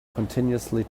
continuously